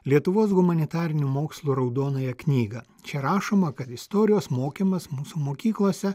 lietuvos humanitarinių mokslų raudonąją knygą čia rašoma kad istorijos mokymas mūsų mokyklose